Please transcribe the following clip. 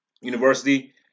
University